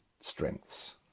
strengths